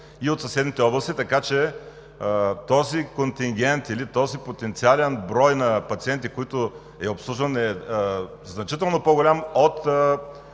и от съседните области, така че този контингент или този потенциален брой на пациенти, който е обслужван, е значително по-голям от